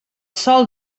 sol